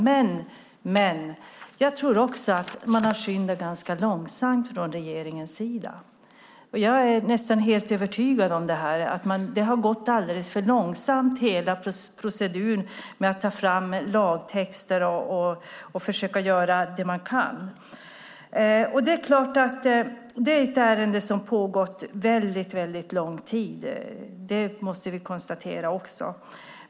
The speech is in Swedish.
Men jag tror också att man från regeringens sida har skyndat ganska långsamt. Jag är nästan helt övertygad om att hela proceduren med att ta fram lagtexter och försöka göra det man kan har gått alldeles för långsamt. Det är ett ärende som har pågått väldigt lång tid - det måste vi också konstatera.